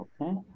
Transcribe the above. Okay